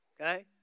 Okay